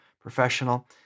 professional